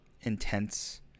intense